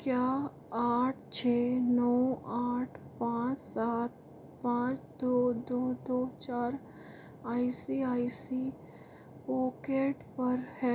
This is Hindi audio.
क्या आठ छः नौ आठ पाँच सात पाँच दो दो दो चार I C I C pocket पर है